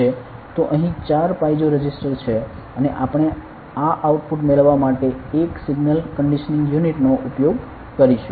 તો અહીં ચાર પાઇઝો રેઝિસ્ટર છે અને આપણે આ આઉટપુટ મેળવવા માટે એક સિગ્નલ કન્ડીશનીંગ યુનિટ નો ઉપયોગ કરીશું